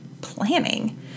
planning